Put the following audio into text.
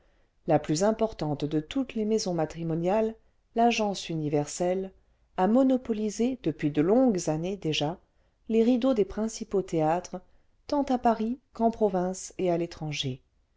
la plus importante de toutes les maisons matrimoniales y agence universelle a monopolisé depuis de longues années déjà les rideaux des principaux théâtres tant à paris qu'en province et à l'étranger